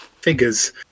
figures